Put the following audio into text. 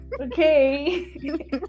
Okay